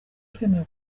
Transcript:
twemera